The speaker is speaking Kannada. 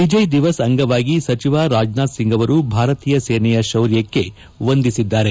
ವಿಜಯ ದಿವಸ್ ಅಂಗವಾಗಿ ಸಚಿವ ರಾಜನಾಥ್ ಸಿಂಗ್ ಅವರು ಭಾರತೀಯ ಸೇನೆಯ ಶೌರ್ಯಕ್ಷೆ ವಂದಿಸಿದ್ದಾರೆ